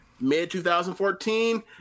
mid-2014